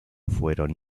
fueron